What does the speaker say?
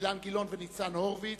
אילן גילאון וניצן הורוביץ,